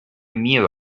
miedo